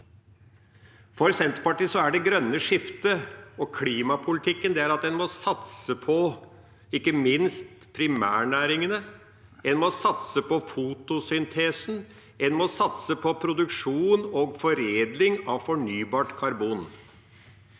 For Senterpartiet innebærer det grønne skiftet og klimapolitikken at en ikke minst må satse på primærnæringene, en må satse på fotosyntesen, og en må satse på produksjon og foredling av fornybart karbon.